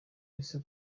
ese